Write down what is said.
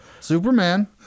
Superman